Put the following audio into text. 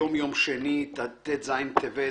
היום יום שני, ט״ז בטבת,